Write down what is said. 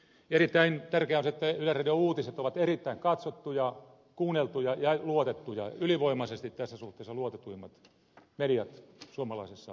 erittäin tärkeää on se että yleisradion uutiset ovat erittäin katsottuja kuunneltuja ja luotettuja ylivoimaisesti tässä suhteessa luotetuimmat mediat suomalaisessa kentässä